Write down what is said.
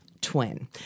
Twin